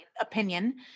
opinion